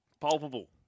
palpable